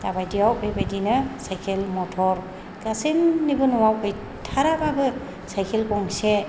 दाबायदियाव बेबायदिनो cycle motor गासैनिबो न'आव गैथाराब्लाबो साइकेल गंसे